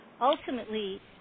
Ultimately